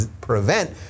prevent